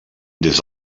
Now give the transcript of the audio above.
des